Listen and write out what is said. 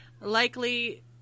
Likely